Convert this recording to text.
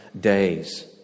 days